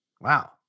Wow